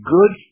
Good